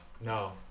no